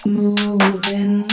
moving